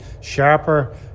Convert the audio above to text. sharper